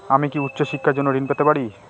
আমি কি উচ্চ শিক্ষার জন্য ঋণ পেতে পারি?